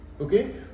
Okay